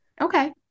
Okay